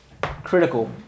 critical